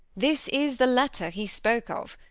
this is the letter he spoke of,